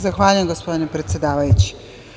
Zahvaljujem, gospodine predsedavajući.